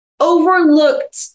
Overlooked